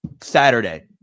Saturday